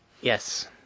Yes